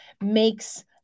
makes